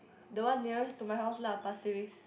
the one nearest to my house lah Pasir Ris